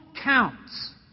counts